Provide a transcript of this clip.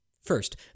First